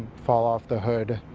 fall off the hood.